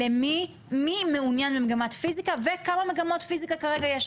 מי מעוניין במגמת פיזיקה וכמה מגמות פיזיקה כרגע יש,